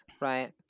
right